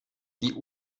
die